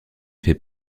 fait